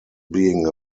being